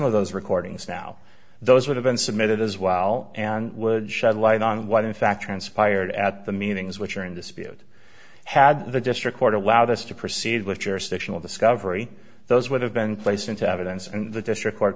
of those recordings now those would have been submitted as well and would shed light on what in fact transpired at the meetings which are in dispute had the district court allowed us to proceed with jurisdictional discovery those would have been placed into evidence and the district court